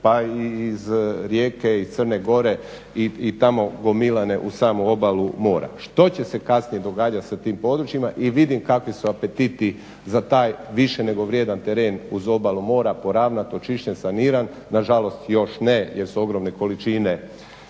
pa i iz Rijeke i Crne Gore i tamo gomilane uz samu obalu mora. Što će se kasnije događat sa tim područjima i vidim kakvi su apetiti za taj više nego vrijedan teret uz obalu mora, poravnat, očišćen, saniran nažalost još ne jer su ogromne količine